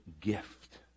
gift